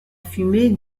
fumée